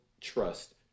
trust